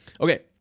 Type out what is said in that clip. okay